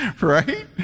Right